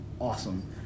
awesome